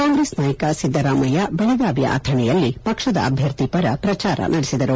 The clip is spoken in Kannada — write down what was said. ಕಾಂಗ್ರೆಸ್ ನಾಯಕ ಸಿದ್ದರಾಮಯ್ಯ ಬೆಳಗಾವಿಯ ಅಥಣಿಯಲ್ಲಿ ಪಕ್ಷದ ಅಭ್ಯರ್ಥಿ ಪರ ಪ್ರಜಾರ ನಡೆಸಿದರು